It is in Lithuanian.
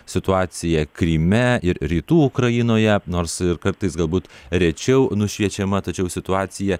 situaciją kryme ir rytų ukrainoje nors kartais galbūt rečiau nušviečiama tačiau situacija